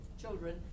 children